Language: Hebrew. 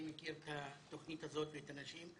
אני מכיר את התוכנית הזאת ואת הנשים.